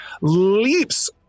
leaps